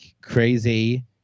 crazy